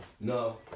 No